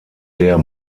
der